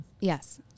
Yes